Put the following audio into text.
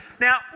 Now